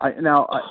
Now